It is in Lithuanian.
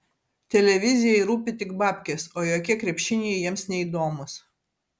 televizijai rūpi tik babkės o jokie krepšiniai jiems neįdomūs